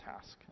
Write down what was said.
task